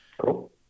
cool